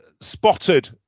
spotted